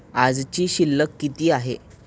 आजची शिल्लक किती आहे?